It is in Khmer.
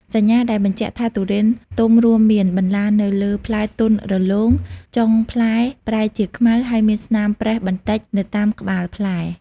សញ្ញាដែលបញ្ជាក់ថាទុរេនទុំរួមមាន បន្លានៅលើផ្លែទន់រលោង ចុងផ្លែប្រែជាខ្មៅ ហើយមានស្នាមប្រេះបន្តិចនៅតាមក្បាលផ្លែ។